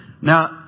Now